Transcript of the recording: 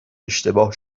اشتباه